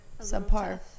subpar